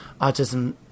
autism